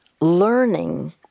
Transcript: learning